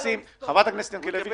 שהסטודנטים יקבלו את מה שהם זקוקים לו,